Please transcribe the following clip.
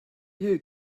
you